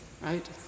Right